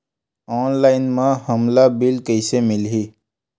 Online म हमला bill कइसे मिलही?